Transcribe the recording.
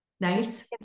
Nice